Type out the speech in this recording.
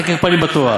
אל תכיר פנים בתורה.